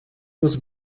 was